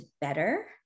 better